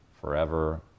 forever